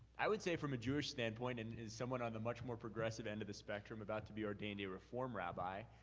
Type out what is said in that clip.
i would say, from a jewish standpoint, and somewhat on the much more progressive end of the spectrum, about to be ordained a reformed rabbi.